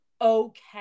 okay